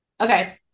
Okay